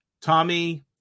tommy